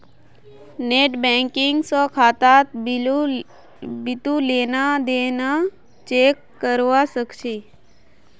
net banking स खातात बितु लेन देन चेक करवा सख छि